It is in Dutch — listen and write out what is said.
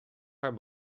haar